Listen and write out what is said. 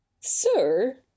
Sir